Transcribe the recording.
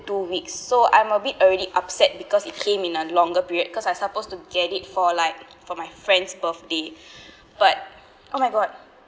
two weeks so I'm a bit already upset because it came in a longer period cause I supposed to get it for like for my friend's birthday but oh my god